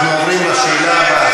אנחנו עוברים לשאלה הבאה.